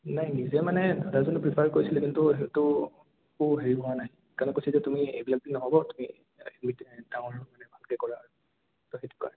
নাই নিজে মানে প্ৰীফাৰ কৰিছিলে কিন্তু সেইটো একো হেৰি হোৱা নাই সেইকাৰণে কৈছে যে তুমি এইবিলাক দি নহ'ব তুমি মানে ভালকে কৰা আৰু ত' সেইটো কাৰণে